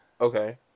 Okay